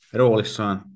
roolissaan